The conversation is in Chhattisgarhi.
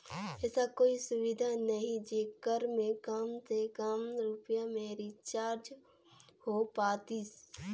ऐसा कोई सुविधा नहीं जेकर मे काम से काम रुपिया मे रिचार्ज हो पातीस?